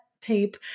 tape